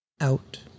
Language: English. out